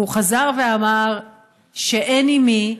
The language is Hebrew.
הוא חזר ואמר שאין עם מי,